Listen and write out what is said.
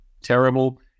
terrible